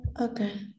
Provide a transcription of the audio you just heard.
Okay